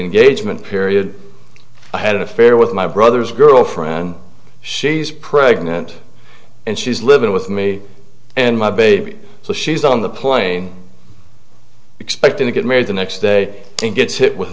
engagement period i had an affair with my brother's girlfriend she's pregnant and she's living with me and my baby so she's on the plane expecting to get married the next day and gets hit with